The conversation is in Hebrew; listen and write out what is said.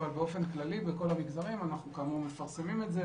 אבל באופן כללי בכל המגזרים אנחנו מפרסמים את זה.